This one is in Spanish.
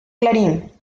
clarín